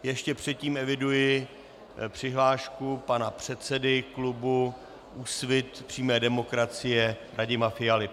Ještě předtím eviduji přihlášku pana předsedy klubu Úsvit přímé demokracie Radima Fialy.